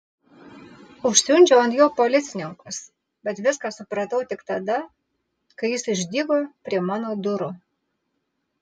užsiundžiau ant jo policininkus bet viską supratau tik tada kai jis išdygo prie mano durų